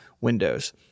Windows